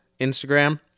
Instagram